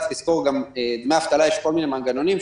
תזכור גם שלדמי אבטלה יש כל מיני מנגנונים.